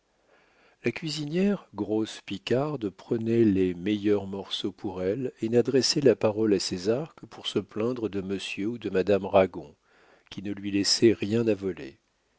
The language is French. la cuisinière grosse picarde prenait les meilleurs morceaux pour elle et n'adressait la parole à césar que pour se plaindre de monsieur ou de madame ragon qui ne lui laissaient rien à voler